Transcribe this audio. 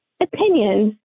opinions